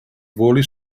voli